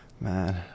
Man